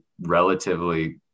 relatively